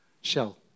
shell